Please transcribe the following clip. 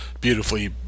beautifully